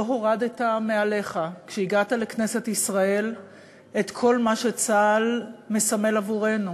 לא הורדת מעליך כשהגעת לכנסת ישראל את כל מה שצה"ל מסמל עבורנו,